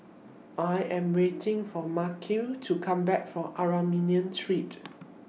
I Am waiting For Markell to Come Back from Armenian Street